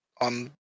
on